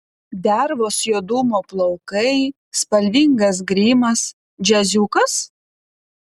dervos juodumo plaukai spalvingas grimas džiaziukas